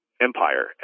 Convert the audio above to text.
empire